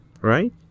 Right